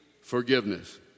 forgiveness